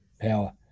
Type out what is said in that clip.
power